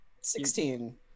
Sixteen